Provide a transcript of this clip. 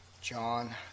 John